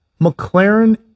McLaren